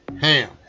ham